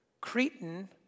Cretan